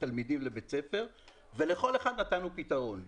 תלמידים לבית ספר ולכל אחד נתנו פתרון.